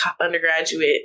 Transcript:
undergraduate